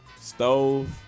stove